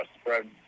spread